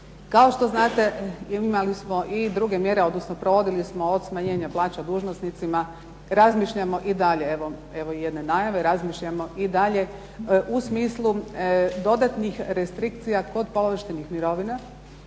Kao što znate imali smo i druge mjere odnosno provodili smo od smanjenja plaća dužnosnicima, razmišljamo i dalje. Evo i jedne najave, razmišljamo i dalje u smislu dodatnih restrikcija kod povlaštenih mirovina